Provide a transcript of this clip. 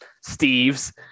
steve's